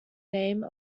name